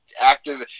active